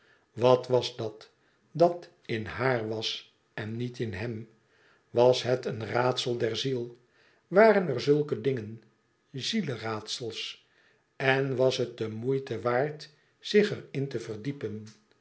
wat was dat dat in haar was en niet in hem was het een raadsel der ziel waren er zulke dingen zieleraadsels en was het de moeite waard zich er in te verdiepen